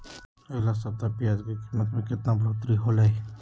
अगला सप्ताह प्याज के कीमत में कितना बढ़ोतरी होलाय?